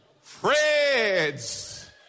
Friends